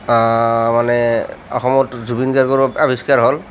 মানে অসমত জুবিন গাৰ্গৰো আৱিষ্কাৰ হ'ল